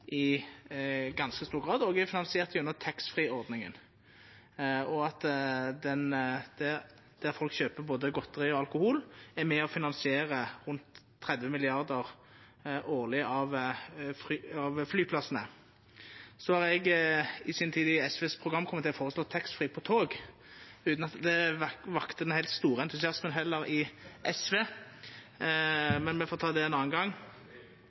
folk kjøper både godteri og alkohol, er med og finansierer flyplassane med rundt 30 mrd. kr årleg. Eg har i SVs programkomité i si tid føreslått taxfree på tog, utan at det vekte den heilt store entusiasmen, heller ikkje i SV, men me får ta det ein annan gong.